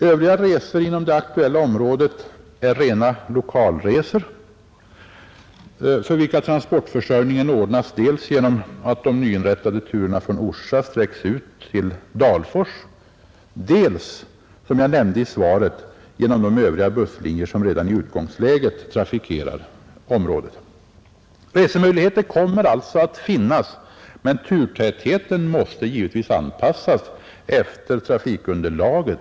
Övriga resor inom det aktuella området är rena lokalresor för vilka transportförsörjningen ordnas dels genom att de nyinrättade turerna från Orsa sträcks ut till Dalfors, dels, som jag nämnde i svaret, genom de övriga busslinjer som redan i utgångsläget trafikerar området. Resemöjligheter kommer alltså att finnas, men turtätheten måste givetvis anpassas efter trafikunderlaget.